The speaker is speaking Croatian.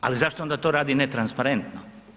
Ali zašto onda to radi netransparentno?